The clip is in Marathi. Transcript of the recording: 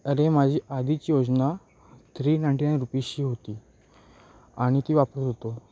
अरे माझी आधीची योजना थ्री नाईन्टी नाईन रुपीची होती आणि ती वापरत होतो